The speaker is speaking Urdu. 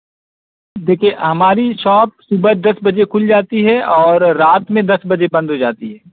دیکھیے ہماری شاپ صبح دس بجے کھل جاتی ہے اور رات میں دس بجے بند ہو جاتی ہے